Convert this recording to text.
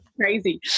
Crazy